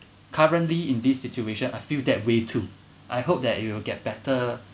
currently in this situation I feel that way too I hope that it will get better